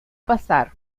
pasar